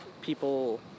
people